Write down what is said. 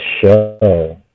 show